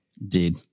Indeed